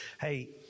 hey